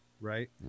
right